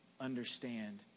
understand